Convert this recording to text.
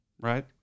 right